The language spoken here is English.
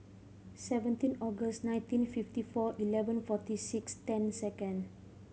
seventeen August nineteen fifty four eleven forty six ten second